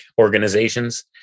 organizations